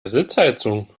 sitzheizung